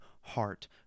heart